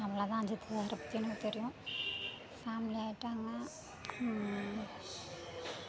அவ்வளோதான் அஜித் சாரை பற்றி எனக்கு தெரியும் ஃபேமிலி ஆகிட்டாங்க